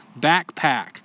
backpack